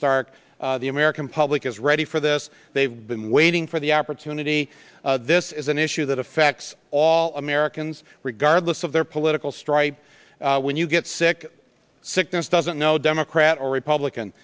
stark the american public is ready for this they've been waiting for the opportunity this is an issue that affects all americans regardless of their political stripe when you get sick sickness doesn't know democrat or republican